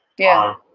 yeah.